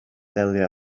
delio